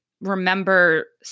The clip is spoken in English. remember